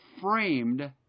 framed